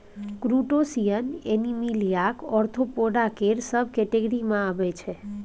crustacean एनीमिलियाक arthropoda केर सब केटेगिरी मे अबै छै